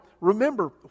remember